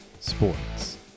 Sports